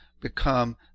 become